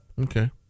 Okay